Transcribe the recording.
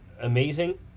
amazing